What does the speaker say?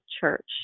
church